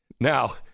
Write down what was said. Now